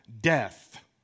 death